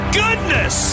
goodness